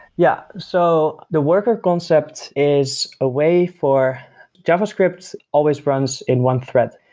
yeah. so the worker concept is a way for javascript always runs in one thread.